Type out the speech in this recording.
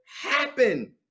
happen